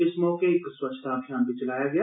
इस मौके इक स्वच्छता अभियान बी चलाया गेआ